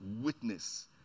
witness